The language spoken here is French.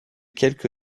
quelque